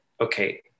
okay